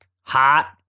hot